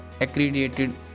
accredited